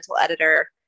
editor